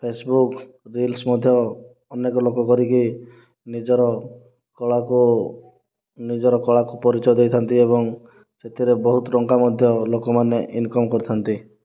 Facebook reels ମଧ୍ୟ ଅନେକ ଲୋକ କରିକି ନିଜର କଳାକୁ ନିଜର କଳାକୁ ପରିଚୟ ଦେଇଥାନ୍ତି ଏବଂ ସେଥିରେ ବହୁତ ଟଙ୍କା ମଧ୍ୟ ଲୋକମାନେ ଇନକମ କରିଥାନ୍ତି